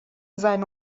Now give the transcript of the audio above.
seine